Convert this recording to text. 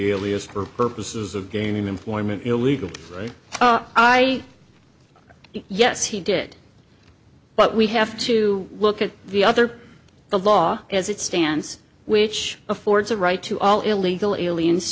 alias for purposes of gaining employment illegally i yes he did but we have to look at the other the law as it stands which affords a right to all illegal aliens